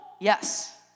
Yes